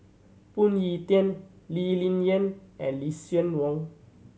Phoon Yew Tien Lee Ling Yen and Lucien Wang